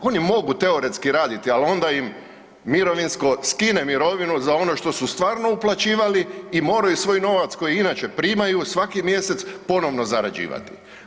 Oni mogu teoretski raditi, al onda im mirovinsko skine mirovinu za ono što su stvarno uplaćivali i moraju svoj novac koji inače primaju svaki mjesec ponovno zarađivati.